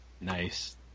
Nice